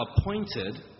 appointed